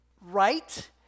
right